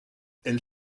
elle